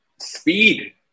Speed